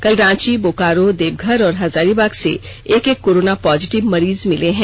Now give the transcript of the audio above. कल रांची बोकारो देवघर और हजारीबाग से एक एक कोरोना पॉजिटिव मरीज मिले हैं